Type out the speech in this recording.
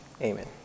amen